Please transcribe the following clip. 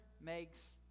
makes